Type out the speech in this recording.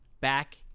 back